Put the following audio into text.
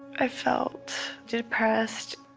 i felt depressed.